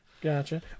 Gotcha